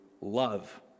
love